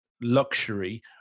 luxury